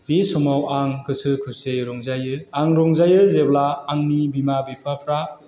बे समाव आं गोसो खुसियै रंजायो आं रंजायो जेब्ला आंनि बिमा बिफाफ्रा